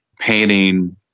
painting